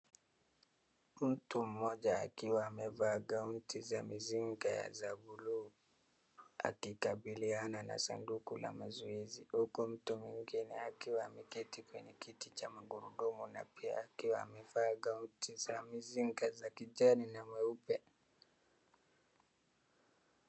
Mtu mmoja akiwa amevaa ngauti za mizinga ya bluu akikabiliana na sanduku la mazoezi huku mtu mwingine akiwa ameketi kwenye kiti cha magurudumu na pia akiwa ameva ngauti za mizinga za kijani na meupe.